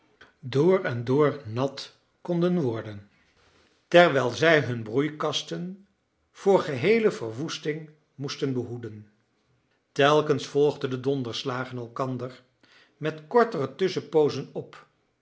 wij alleen door-en-door nat konden worden terwijl zij hun broeikasten voor geheele verwoesting moesten behoeden telkens volgden de donderslagen elkander met kortere tusschenpoozen op